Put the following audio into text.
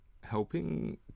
helping